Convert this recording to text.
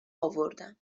اوردم